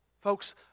Folks